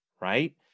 Right